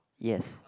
yes